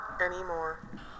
anymore